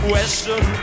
Western